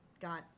got